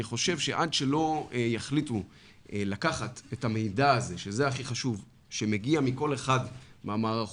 אני חושב שעד שלא יחליטו לקחת את המידע הזה שמגיע מכל אחת מהמערכות